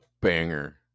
banger